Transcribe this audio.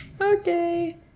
Okay